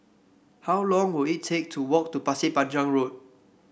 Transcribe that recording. how long will it take to walk to Pasir Panjang Road